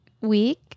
week